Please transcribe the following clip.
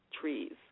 trees